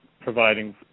providing